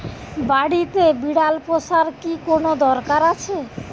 বাড়িতে বিড়াল পোষার কি কোন দরকার আছে?